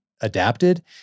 adapted